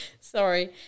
Sorry